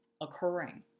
occurring